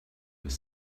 with